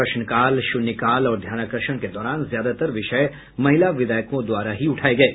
प्रश्नकाल शून्यकाल और ध्यानाकर्षण के दौरान ज्यादातर विषय महिला विधायकों द्वारा ही उठाये गये